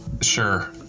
sure